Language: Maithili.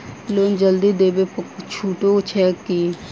लोन जल्दी देबै पर छुटो छैक की?